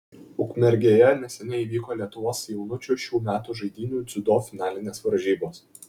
ukmergėje neseniai vyko lietuvos jaunučių šių metų žaidynių dziudo finalinės varžybos